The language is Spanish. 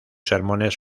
sermones